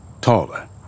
taller